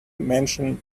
mentioned